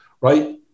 right